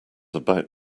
about